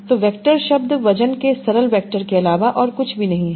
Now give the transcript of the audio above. तो वैक्टर शब्द वजन के सरल वैक्टर के अलावा और कुछ नहीं है